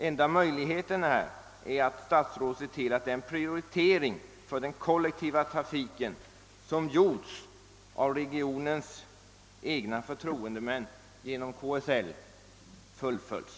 Enda möjligheten därtill är att statsrådet ser till att den prioritering för den kollektiva trafiken som gjorts av regionens egna förtroendemän genom KSL fullföljs.